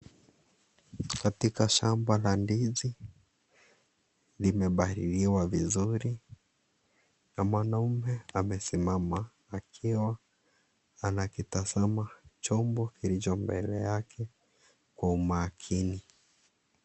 Katika shamba la ndizi limepaliliwa vizuri na mwanamme amesimama akiwa anakitazama chombo kilicho mbele yake kwa umaakini.